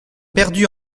perdus